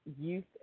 youth